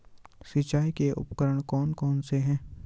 सिंचाई के उपकरण कौन कौन से हैं?